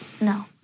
No